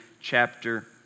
chapter